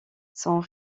sont